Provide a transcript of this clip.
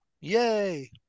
yay